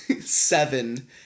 seven